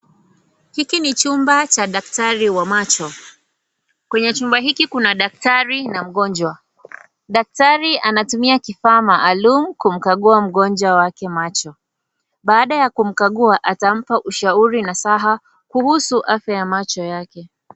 Hiki ni chumba cha daktari wa macho, kwenye chumba hiki kuna daktari na mgonjwa. Daktari anatumia kifaa maalum kumkagua mgonjwa wake macho. Baada ya kumkagua, atampa ushauri nasaha kuhusu afya ya macho yake.